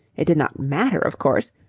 it did not matter, of course,